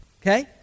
Okay